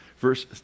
Verse